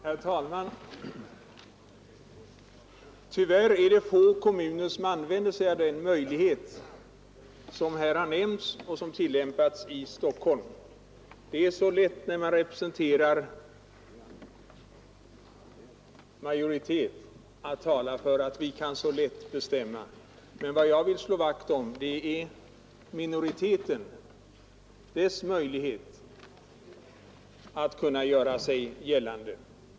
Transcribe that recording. Herr talman! Tyvärr är det få kommuner som använder sig av den möjlighet som här nämnts och som tillämpats i Stockholm. Det är så lätt när man representerar majoriteten att säga att vi utan vidare kan bestämma själva. Men vad jag vill slå vakt om är minoriteten och dess möjligheter att göra sig gällande.